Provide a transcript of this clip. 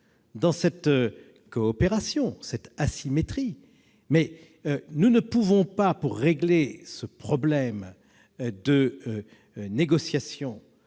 dans la coopération est désagréable, mais nous ne pouvons pas, pour régler ce problème de négociations